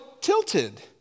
tilted